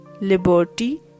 liberty